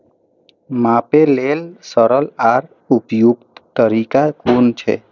मापे लेल सरल आर उपयुक्त तरीका कुन छै?